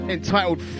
Entitled